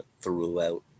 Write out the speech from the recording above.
throughout